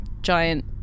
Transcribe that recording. giant